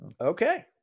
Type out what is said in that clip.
Okay